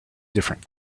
different